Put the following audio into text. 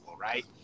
right